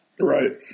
Right